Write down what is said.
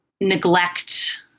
neglect